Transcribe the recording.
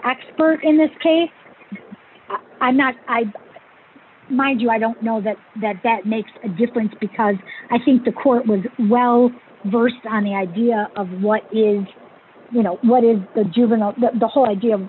expert in this case i'm not i mind you i don't know that that that makes a difference because i think the court was well versed on the idea of what is you know what is the juvenile the whole idea of